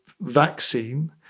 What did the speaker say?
vaccine